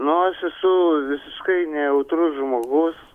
nu aš esu visiškai nejautrus žmogus